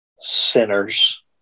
sinners